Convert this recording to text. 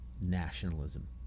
nationalism